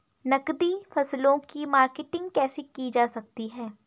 नकदी फसलों की मार्केटिंग कैसे की जा सकती है?